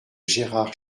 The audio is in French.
gérard